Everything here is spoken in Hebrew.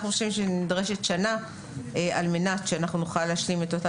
אנחנו חושבים שנדרשת שנה על מנת שנוכל להשלים את אותה